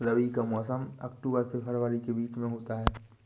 रबी का मौसम अक्टूबर से फरवरी के बीच में होता है